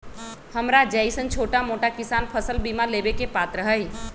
हमरा जैईसन छोटा मोटा किसान फसल बीमा लेबे के पात्र हई?